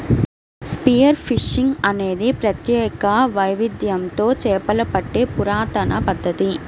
spear fishing అనేది ప్రత్యేక వైవిధ్యంతో చేపలు పట్టే పురాతన పద్ధతి